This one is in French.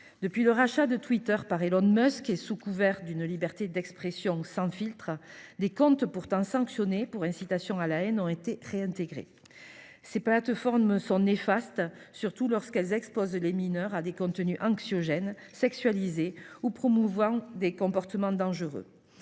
Depuis le rachat de Twitter par Elon Musk et sous couvert d’une liberté d’expression sans filtre, des comptes pourtant sanctionnés pour incitation à la haine ont été réintégrés. Les plateformes sont néfastes pour les mineurs lorsqu’elles les exposent à des contenus anxiogènes, sexualisés ou promouvant des comportements dangereux.